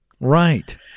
Right